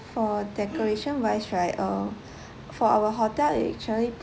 for decoration wise right uh for our hotel it actually